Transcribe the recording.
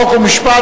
חוק ומשפט,